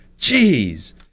Jeez